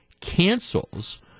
cancels